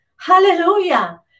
hallelujah